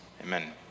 amen